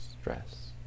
stress